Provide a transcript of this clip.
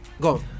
go